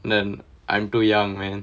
then I'm too young man